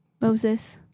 Moses